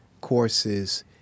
courses